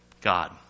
God